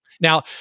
Now